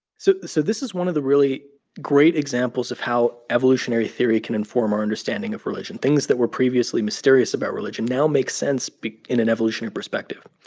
so so this is one of the really great examples of how evolutionary theory can inform our understanding of religion. things that were previously mysterious about religion now makes sense in an evolutionary perspective.